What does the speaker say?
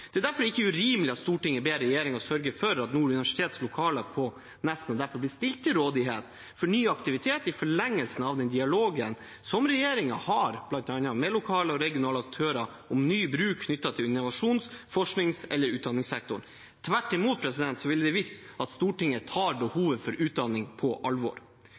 derfor ikke urimelig at Stortinget ber regjeringen sørge for at Nord universitets lokaler på Nesna blir stilt til rådighet for ny aktivitet i forlengelsen av den dialogen som regjeringen har med bl.a. lokale og regionale aktører om ny bruk knyttet til innovasjons-, forsknings- eller utdanningssektoren. Tvert imot ville det vist at Stortinget tar behovet for utdanning på alvor.